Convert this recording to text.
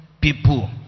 people